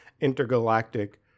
intergalactic